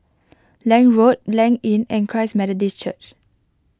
Lange Road Blanc Inn and Christ Methodist Church